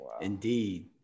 Indeed